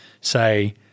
say